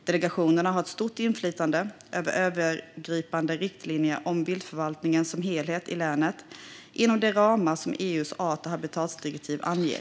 Delegationerna har ett stort inflytande över övergripande riktlinjer för viltförvaltningen som helhet i länet inom de ramar som EU:s art och habitatdirektiv anger.